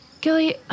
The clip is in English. Gilly